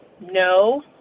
No